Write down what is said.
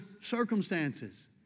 circumstances